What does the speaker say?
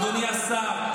אדוני השר,